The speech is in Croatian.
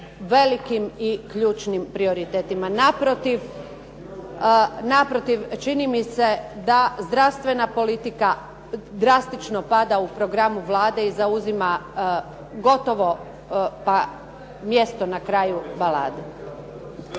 velikim i ključnim prioritetima. Naprotiv, čini mi se da zdravstvena politika drastično pada u programu Vlade i zauzima gotovo pa mjesto na kraju balade.